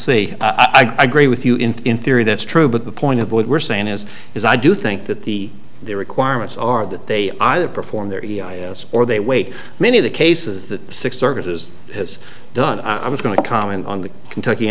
see i gree with you in theory that's true but the point of what we're saying is is i do think that the the requirements are that they either perform there or they wait many of the cases that six services has done i was going to comment on the kentucky